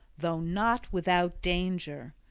though not without danger.